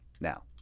Now